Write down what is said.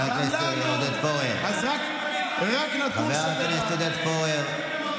נכנסת, הורדת את זה לאותו מקום.